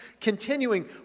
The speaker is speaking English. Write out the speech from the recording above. continuing